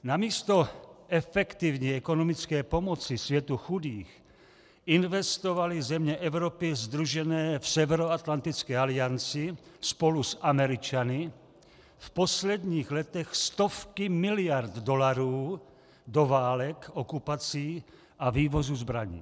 Namísto efektivní ekonomické pomoci světu chudých investovaly země Evropy sdružené v Severoatlantické alianci spolu s Američany v posledních letech stovky miliard dolarů do válek, okupací a vývozu zbraní.